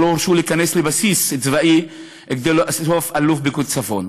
לא הורשו להיכנס לבסיס צבאי כדי לאסוף את אלוף פיקוד צפון.